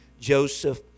joseph